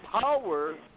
power